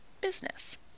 business